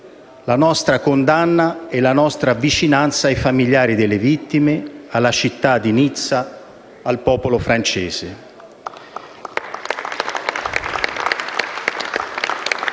la nostra condanna e la nostra vicinanza ai familiari delle vittime, alla città di Nizza, al popolo francese.